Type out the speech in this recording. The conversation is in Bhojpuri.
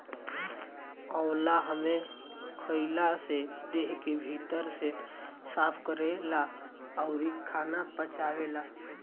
आंवला हमेशा खइला से देह के भीतर से साफ़ करेला अउरी खाना पचावेला